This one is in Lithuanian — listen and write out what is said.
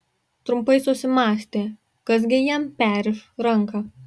trumpam susimąstė kas gi jam perriš ranką